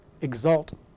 exalt